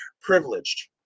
privileged